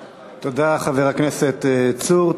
תודה, חבר הכנסת צור.